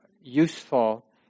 useful